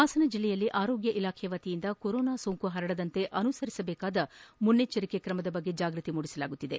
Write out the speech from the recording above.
ಹಾಸನ ಜಿಲ್ಲೆಯಲ್ಲಿ ಆರೋಗ್ಯ ಇಲಾಖೆ ವತಿಯಿಂದ ಕೊರೋನಾ ಸೋಂಕು ಹರಡದಂತೆ ಅನುಸರಿಸಬೇಕಾದ ಮುನ್ನೆಚ್ಚರಿಕೆ ಕ್ರಮ ಕುರಿತು ಜಾಗೃತಿ ಮೂದಿಸಲಾಗುತ್ತಿದೆ